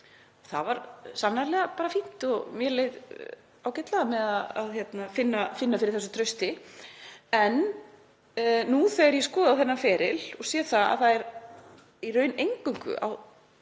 Það var sannarlega bara fínt og mér leið ágætlega með að finna fyrir því trausti. En nú þegar ég skoða þetta ferli sé ég að það er í raun eingöngu á þeim